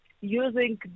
using